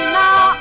now